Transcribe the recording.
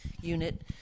unit